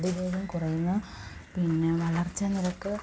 അതിവേഗം കുറയുന്നു പിന്നെ വളർച്ച നിരക്ക്